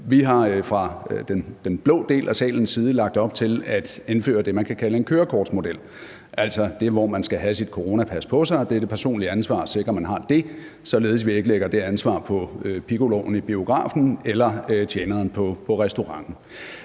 Vi har fra den blå del af salens side lagt op til at indføre det, der kan kaldes en kørekortsmodel, hvor man skal have sit coronapas på sig, og hvor man har et personligt ansvar for at sikre, at man har det, således at vi ikke lægger det ansvar på piccoloen i biografen eller tjeneren på restauranten.